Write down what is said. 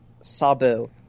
Sabu